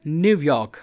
New York